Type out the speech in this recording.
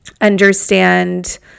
understand